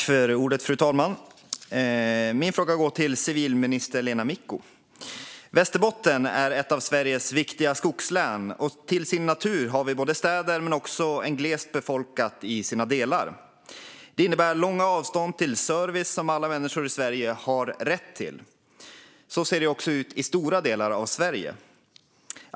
Frau talman! Min fråga går till civilminister Lena Micko. Västerbotten är ett av Sveriges viktiga skogslän, och till sin natur har det städer och är i andra delar glest befolkat. Det innebär långa avstånd till service som alla människor i Sverige har rätt till. Så ser det ut i stora delar av Sverige.